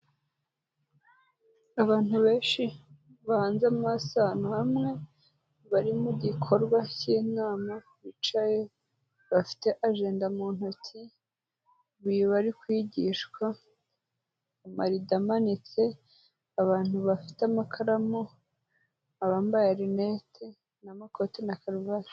Abantu benshi bahanze amaso ahantu hamwe, bari mu gikorwa cy'inama bicaye, bafite ajenda mu ntoki, bari kwigishwa, amarido amanitse, abantu bafite amakaramu, abambaye rinete n'amakoti na karuvati.